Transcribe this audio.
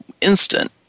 instant